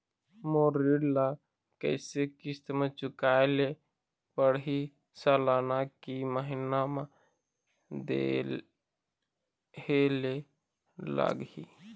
मोर ऋण ला कैसे किस्त म चुकाए ले पढ़िही, सालाना की महीना मा देहे ले लागही?